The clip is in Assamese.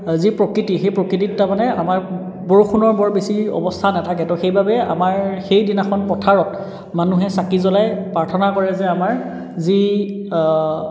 যি প্ৰকৃতি সেই প্ৰকৃতিত তাৰমানে আমাৰ বৰষুণৰ বৰ বেছি অৱস্থা নাথাকে ত' সেইবাবে আমাৰ সেইদিনাখন পথাৰত মানুহে চাকি জ্বলাই প্ৰাৰ্থনা কৰে যে আমাৰ যি